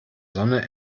sonne